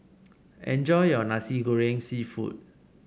enjoy your Nasi Goreng seafood